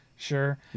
Sure